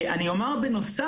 אני אומר בנוסף,